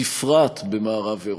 בפרט במערב-אירופה,